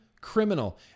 criminal